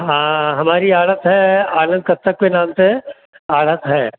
हाँ हमारी आढ़त है आनंद कस्यप के नाम से आढ़त है